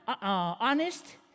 honest